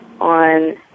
on